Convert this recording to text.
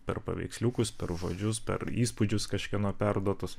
per paveiksliukus per žodžius per įspūdžius kažkieno perduotus